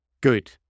good